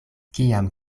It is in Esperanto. kiam